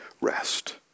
rest